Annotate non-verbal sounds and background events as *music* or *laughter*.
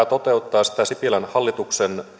*unintelligible* toteuttaa sipilän hallituksen